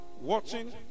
watching